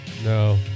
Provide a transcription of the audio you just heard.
No